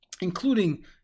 including